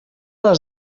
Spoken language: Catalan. les